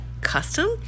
custom